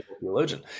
theologian